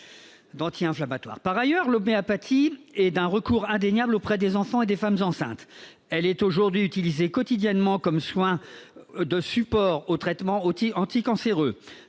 Par ailleurs, l'homéopathie est un recours indéniable auprès des enfants et des femmes enceintes. Elle est aujourd'hui utilisée quotidiennement comme soin de support aux traitements anticancéreux.